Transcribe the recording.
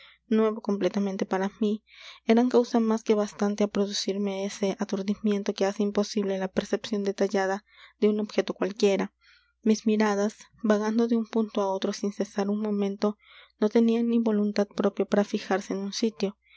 nuevo completamente para mí eran causa más que bastante á producirme ese aturdimiento que hace imposible la percepción detallada de un objeto cualquiera mis miradas vagando de un punto á otro sin cesar un momento no tenían ni voluntad propia para fijarse en un sitio